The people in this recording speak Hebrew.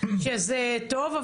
שזה טוב,